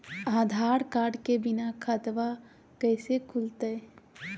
आधार card के बिना खाताबा कैसे खुल तय?